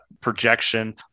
projection